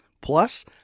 Plus